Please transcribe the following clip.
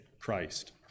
Christ